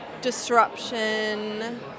disruption